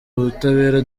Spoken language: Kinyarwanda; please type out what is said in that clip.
butabera